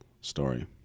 story